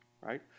right